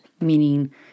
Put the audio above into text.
Meaning